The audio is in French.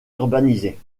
urbanisée